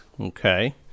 Okay